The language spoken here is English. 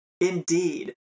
indeed